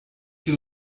you